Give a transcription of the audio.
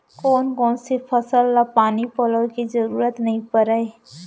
कोन कोन से फसल ला पानी पलोय के जरूरत नई परय?